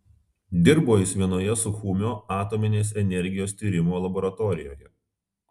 dirbo jis vienoje suchumio atominės energijos tyrimo laboratorijoje